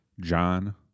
John